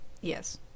Yes